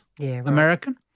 American